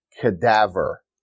cadaver